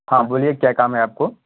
ہاں بولیے کیا کام ہے آپ کو